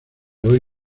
hoy